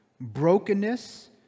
Brokenness